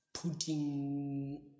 Putting